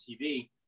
TV